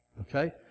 okay